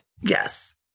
Yes